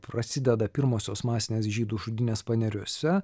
prasideda pirmosios masinės žydų žudynės paneriuose